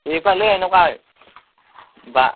এইফালে এনেকুৱা হয় বা